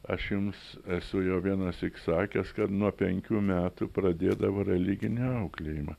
aš jums esu jau vienąsyk sakęs kad nuo penkių metų pradėdavo religinį auklėjimą